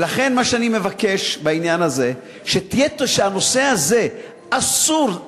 ולכן, מה שאני מבקש בעניין הזה, שהנושא הזה, אסור.